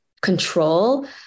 control